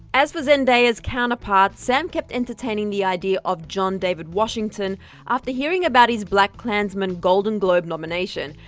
as for zendaya's counterpart, sam kept entertaining the idea of john david washington after hearing about his blackkklansman golden globe nomination,